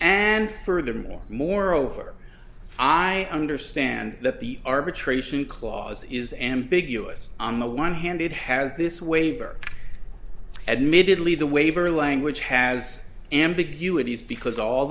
and furthermore moreover i understand that the arbitration clause is ambiguous on the one hand it has this waiver admittedly the waiver language has ambiguities because all